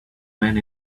men